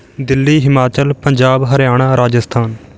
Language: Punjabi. ਦਿੱਲੀ ਹਿਮਾਚਲ ਪੰਜਾਬ ਹਰਿਆਣਾ ਰਾਜਸਥਾਨ